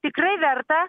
tikrai verta